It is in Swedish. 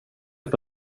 upp